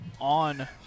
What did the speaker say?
on